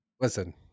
listen